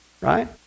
right